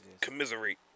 Commiserate